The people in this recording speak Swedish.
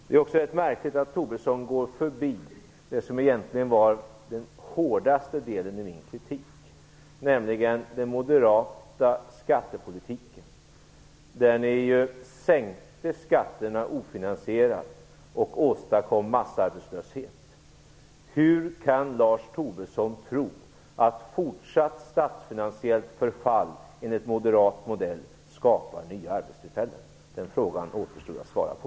Det är också märkligt att Tobisson går förbi det som egentligen var den hårdaste delen i min kritik, nämligen den moderata skattepolitiken, där man sänkte skatterna ofinansierat och åstadkom massarbetslöshet. Hur kan Lars Tobisson tro att fortsatt statsfinansiellt förfall, enligt moderat modell, skapar nya arbetstillfällen? Den frågan återstår att svara på.